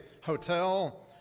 hotel